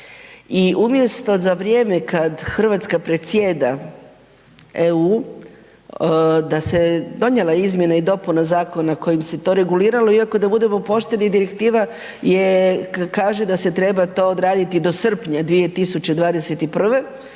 I umjesto za vrijeme kad Hrvatska predsjeda EU da se donijela izmjena i dopuna zakona kojim se to reguliralo iako da budemo pošteni direktiva je kaže da se treba to odraditi do srpnja 2021.,